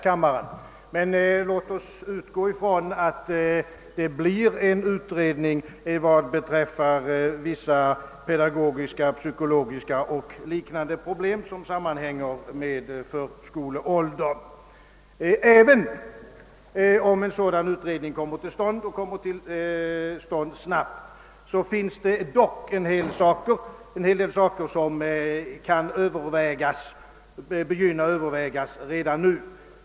Låt oss emellertid utgå från att det igångsättes en utredning om vissa pedagogiska, psykologiska och liknande problem som sammanhänger med förskoleåldern. Men även om en sådan utredning mycket snabbt kommer till stånd, finns det ändå en hel del andra ting som man samtidigt kan börja överväga redan nu.